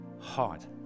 heart